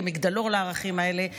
כמגדלור לערכים האלה,